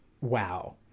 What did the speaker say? wow